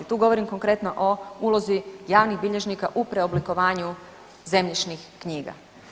Tu govorim konkretno o ulozi javnih bilježnika u preoblikovanju zemljišnih knjiga.